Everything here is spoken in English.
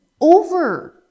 over